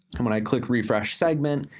and when i click refresh segment,